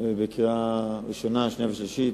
בקריאה ראשונה, שנייה ושלישית,